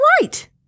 right